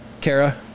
Kara